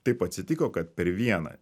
taip atsitiko kad per vieną